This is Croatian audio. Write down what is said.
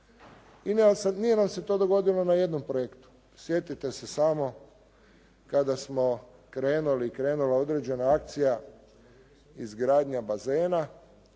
Nije nam se to dogodilo na jednom projektu. Sjetite se samo kada smo krenuli, krenula određena akcija izgradnja bazena